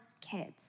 kids